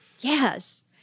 Yes